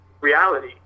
reality